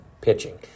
pitching